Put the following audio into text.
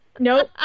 Nope